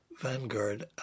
Vanguard